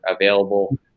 available